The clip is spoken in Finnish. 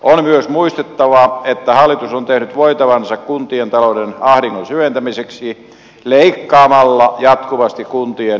on myös muistettava että hallitus on tehnyt voitavansa kuntien talouden ahdingon syventämiseksi leikkaamalla jatkuvasti kuntien valtionosuuksia